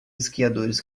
esquiadores